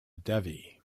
devi